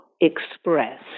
express